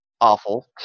awful